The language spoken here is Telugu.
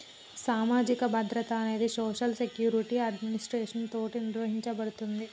సామాజిక భద్రత అనేది సోషల్ సెక్యురిటి అడ్మినిస్ట్రేషన్ తోటి నిర్వహించబడుతుంది